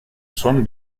son